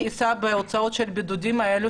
מי יישא בהוצאות של הבידודים האלה,